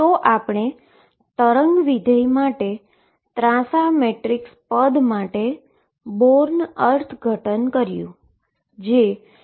તો આપણે wave function માટે ત્રાંસા મેટ્રિક્સ એલીમેન્ટ માટે બોર્ન ઈન્ટર્પ્રીટેશનBorn's interpretation કર્યું